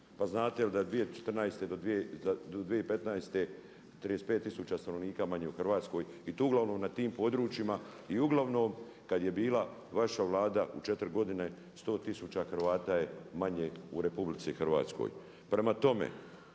Pa znate li da je 2014. do 2015. 35 tisuća stanovnika manje u Hrvatskoj i to uglavnom na tim područjima i uglavnom kada je bila vaša Vlada u 4 godine 100 tisuća Hrvata je manje u RH. Prema tome,